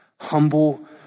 humble